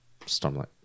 Stormlight